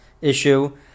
issue